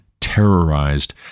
terrorized